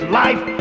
life